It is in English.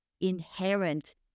inherent